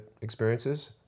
experiences